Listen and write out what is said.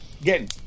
Again